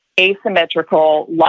asymmetrical